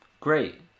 Great